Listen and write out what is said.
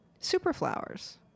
superflowers